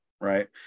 right